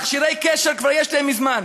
מכשירי קשר כבר יש להם מזמן,